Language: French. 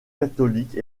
catholique